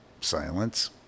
silence